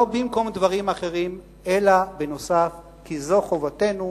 לא במקום דברים אחרים אלא בנוסף, כי זו חובתנו